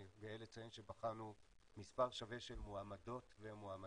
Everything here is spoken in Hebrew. אני גאה לציין שבחנו מספר שווה של מועמדות ומועמדים,